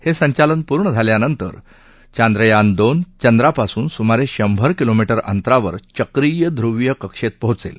हे संचालन पूर्ण झाल्यानंतर चांद्रयान दोन चंद्रापासून सुमारे शंभर किलोमी उ अंतरावर चक्रीय ध्रुवीय कक्षेत पोहोचेल